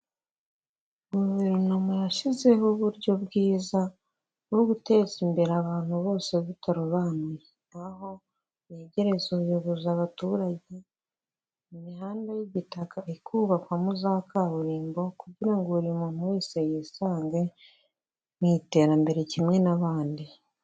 Guverinoma yashyizeho uburyo bwiza bwo guteza imbere abantu bose butarobanuye, aho yegerereza ubuyobozi abaturage, imihanda y'igitaka ikubakwamo za kaburimbo kugira ngo buri muntu wese yisange mu iterambere kimwe n'abandi.